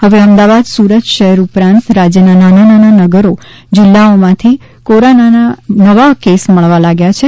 હવે અમદાવાદ સુરત શહેરો ઉપરાંત રાજ્યનાં નાનાં નગરો જિલ્લાઓમાંથી કોરોનાના નવા કેસ મળવા લાગ્યા છે